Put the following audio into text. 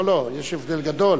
לא לא, יש הבדל גדול.